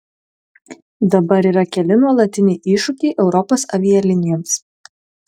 dabar yra keli nuolatiniai iššūkiai europos avialinijoms